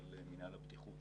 של מינהל הבטיחות,